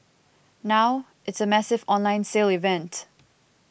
now it's a massive online sale event